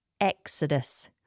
...exodus